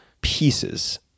pieces